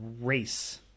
race